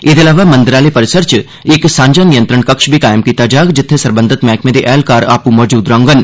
एह्दे अलावा मंदर आह्ले परिसर च इक सांझा नियंत्रण कक्ष बी कायम कीता जाग जित्थे सरबंघत मैह्कमें दे ऐह्लकार आपू मौजूद रौह्डन